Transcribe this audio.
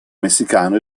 messicano